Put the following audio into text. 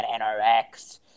NRX